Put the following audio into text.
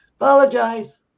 Apologize